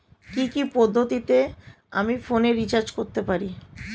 কি কি পদ্ধতিতে আমি ফোনে রিচার্জ করতে পারি?